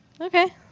Okay